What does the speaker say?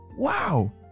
Wow